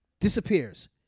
disappears